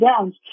Downs